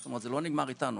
זאת אומרת זה לא נגמר איתנו,